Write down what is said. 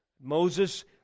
Moses